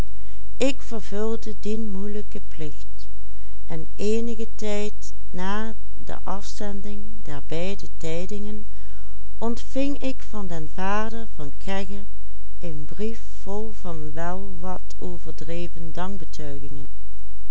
de afzending der beide tijdingen ontving ik van den vader van kegge een brief vol van wel wat overdreven